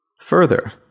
Further